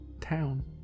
town